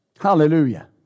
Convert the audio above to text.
Hallelujah